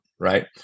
right